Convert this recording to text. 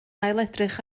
ailedrych